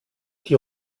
die